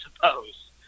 suppose